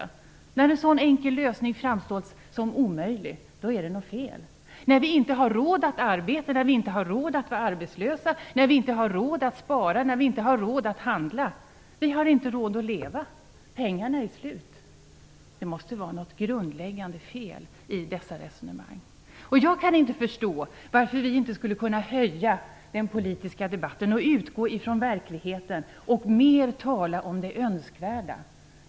Men när en sådan enkel lösning framställs som omöjlig, då är det något fel. När vi inte har råd att arbeta, inte har råd att vara arbetslösa, inte har råd att spara, inte har råd att handla, då har vi inte råd att leva. Pengarna är slut, säger man. Det måste vara något grundläggande fel i dessa resonemang. Jag kan inte förstå varför vi inte skulle kunna höja den politiska debatten och utgå ifrån verkligheten och mer tala om det önskvärda.